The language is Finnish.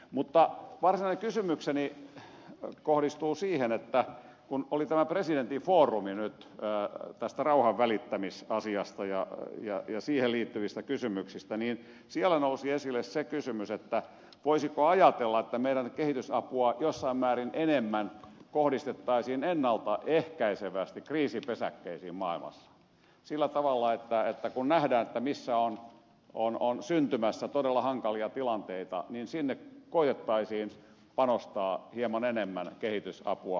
mutta varsinainen kysymykseni kohdistuu siihen että kun oli tämä presidenttifoorumi nyt tästä rauhanvälittämisasiasta ja siihen liittyvistä kysymyksistä niin siellä nousi esille se kysymys voisiko ajatella että meidän kehitysapua jossain määrin enemmän kohdistettaisiin ennalta ehkäisevästi kriisipesäkkeisiin maailmassa sillä tavalla että kun nähdään missä on syntymässä todella hankalia tilanteita niin sinne koetettaisiin panostaa hieman enemmän kehitysapua